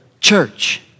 church